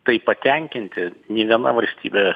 tai patenkinti nė viena valstybė